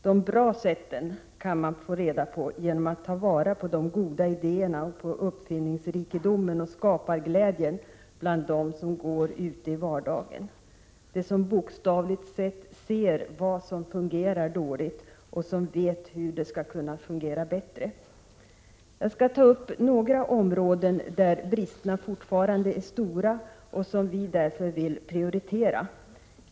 De bra sätten kan man få reda på genom att ta vara på de goda idéerna, uppfinningsrikedomen och skaparglädjen bland dem som går ute i vardagen, bland dem som bokstavligen ser vad som fungerar dåligt och vet hur det skulle kunna fungera. Jag skall ta upp några områden där bristerna fortfarande är stora och som vi därför vill prioritera.